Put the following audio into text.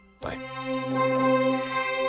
Bye